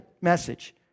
message